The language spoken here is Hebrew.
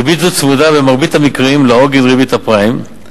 ריבית זו צמודה במרבית המקרים לעוגן ריבית הפריים.